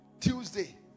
Tuesday